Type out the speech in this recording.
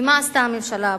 ומה עשתה הממשלה הפעם?